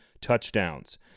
touchdowns